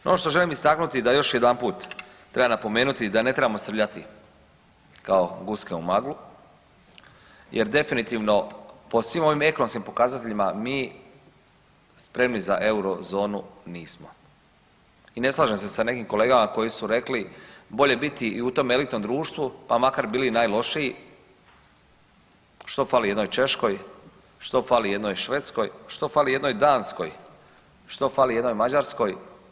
No, ono što želim istaknuti da još jedanput treba napomenuti da ne trebamo srljati kao guske u maglu jer definitivno po svim ovim ekonomskim pokazateljima, mi spremni za Eurozonu nismo i ne slažem se sa nekim kolegama koji su rekli, bolje biti i u tom elitnom društvu pa makar bili najlošiji, što fali jednoj Češkoj, što fali jednoj Švedskoj, što fali jednoj Danskoj, što fali jednoj Mađarskoj?